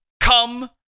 Come